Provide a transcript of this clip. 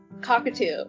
cockatoo